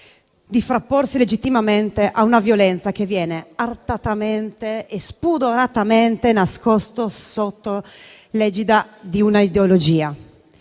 di frapporsi legittimamente a una violenza che viene artatamente e spudoratamente nascosta sotto l'egida di un'ideologia.